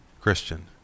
Christian